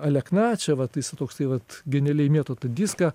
alekna čia va tai jisai toksai vat genialiai mėto tą diską